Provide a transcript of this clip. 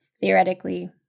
Theoretically